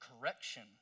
correction